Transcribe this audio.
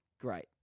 great